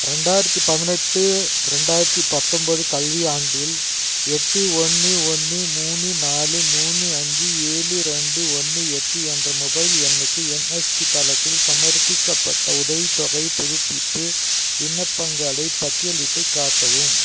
ரெண்டாயிரத்து பதினெட்டு ரெண்டாயிரத்து பத்தொம்பது கல்வியாண்டில் எட்டு ஒன்று ஒன்று மூணு நாலு மூணு அஞ்சு ஏழு ரெண்டு ஒன்று எட்டு என்ற மொபைல் எண்ணுக்கு என்எஸ்பி தளத்தில் சமர்ப்பிக்கப்பட்ட உதவித்தொகைப் புதுப்பிப்பு விண்ணப்பங்களைப் பட்டியலிட்டுக் காட்டவும்